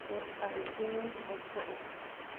podcasting ꯂꯧꯊꯣꯛꯎ